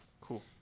Cool